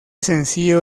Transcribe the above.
sencillo